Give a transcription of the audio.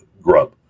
grub